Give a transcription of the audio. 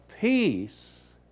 peace